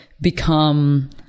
become